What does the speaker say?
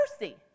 mercy